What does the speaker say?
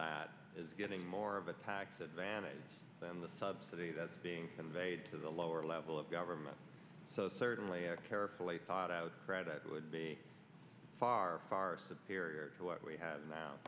that is getting more of a tax advantage than the subsidy that's being conveyed to the lower level of government so it's certainly a carefully thought out that would be far far superior to what we have now